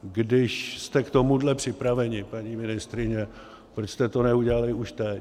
Když jste k tomuhle připraveni, paní ministryně, proč jste to neudělali už teď?